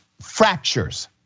fractures